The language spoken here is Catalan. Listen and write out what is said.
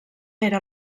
era